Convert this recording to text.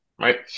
right